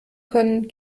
können